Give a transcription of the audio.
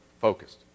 Focused